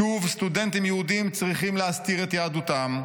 שוב סטודנטים יהודים צריכים להסתיר את יהדותם,